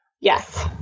Yes